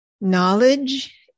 Knowledge